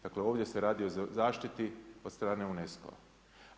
Dakle, ovdje se radi o zaštiti od strane UNESCO-a.